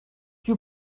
you